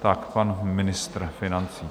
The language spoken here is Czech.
Tak pan ministr financí.